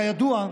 כידוע,